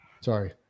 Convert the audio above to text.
Sorry